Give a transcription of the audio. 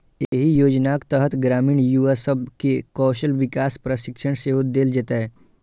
एहि योजनाक तहत ग्रामीण युवा सब कें कौशल विकास प्रशिक्षण सेहो देल जेतै